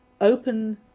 open